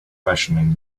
questioning